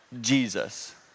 Jesus